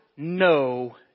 No